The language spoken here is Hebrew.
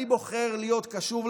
אני בוחר להיות קשוב לזה,